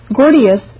Gordius